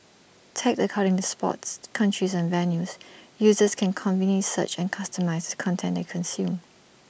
tagged according to sports countries and venues users can conveniently search and customise the content they consume